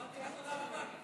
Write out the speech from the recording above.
אמרתי תודה רבה.